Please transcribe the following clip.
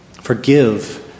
forgive